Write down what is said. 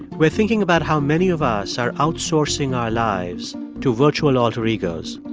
we're thinking about how many of us are outsourcing our lives to virtual alter egos.